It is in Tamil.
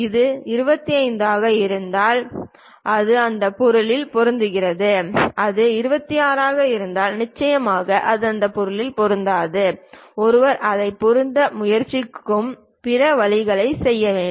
இது 25 ஆக இருந்தால் அது அந்த பொருளில் பொருந்துகிறது அது 26 ஆக இருந்தால் நிச்சயமாக அது அந்த பொருளுக்கு பொருந்தாது ஒருவர் அதைப் பொருத்த முயற்சிக்கும் பிற வழிகளைச் செய்ய வேண்டும்